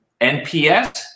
NPS